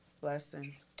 Blessings